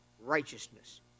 righteousness